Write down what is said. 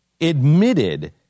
admitted